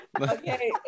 Okay